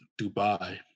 Dubai